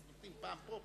אז נותנים פעם פה,